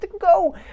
go